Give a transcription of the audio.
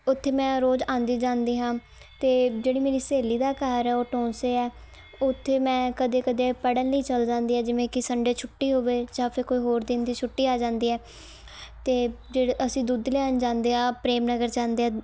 ਉੱਥੇ ਮੈਂ ਰੋਜ਼ ਆਉਂਦੀ ਜਾਂਦੀ ਹਾਂ ਅਤੇ ਜਿਹੜੀ ਮੇਰੀ ਸਹੇਲੀ ਦਾ ਘਰ ਆ ਉਹ ਟੌਂਸੇ ਹੈ ਉੱਥੇ ਮੈਂ ਕਦੇ ਕਦੇ ਪੜ੍ਹਨ ਲਈ ਚਲੀ ਜਾਂਦੀ ਹਾਂ ਜਿਵੇਂ ਕਿ ਸੰਡੇ ਛੁੱਟੀ ਹੋਵੇ ਜਾਂ ਫਿਰ ਕੋਈ ਹੋਰ ਦਿਨ ਦੀ ਛੁੱਟੀ ਆ ਜਾਂਦੀ ਆ ਅਤੇ ਜੇ ਅਸੀਂ ਦੁੱਧ ਲੈਣ ਜਾਂਦੇ ਆ ਪ੍ਰੇਮ ਨਗਰ ਜਾਂਦੇ ਆ